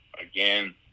Again